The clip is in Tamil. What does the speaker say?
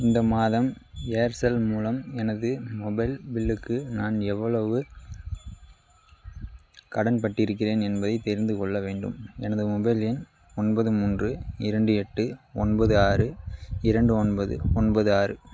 இந்த மாதம் ஏர்செல் மூலம் எனது மொபைல் பில்லுக்கு நான் எவ்வளவு கடன்பட்டிருக்கிறேன் என்பதைத் தெரிந்து கொள்ள வேண்டும் எனது மொபைல் எண் ஒன்பது மூன்று இரண்டு எட்டு ஒன்பது ஆறு இரண்டு ஒன்பது ஒன்பது ஆறு